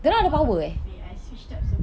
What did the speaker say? what I want to say